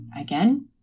again